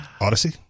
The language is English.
Odyssey